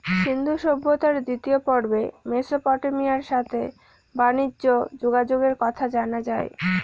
সিন্ধু সভ্যতার দ্বিতীয় পর্বে মেসোপটেমিয়ার সাথে বানিজ্যে যোগাযোগের কথা জানা যায়